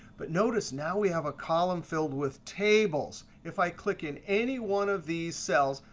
but notice, now we have a column filled with tables. if i click in any one of these cells,